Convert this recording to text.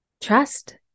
Trust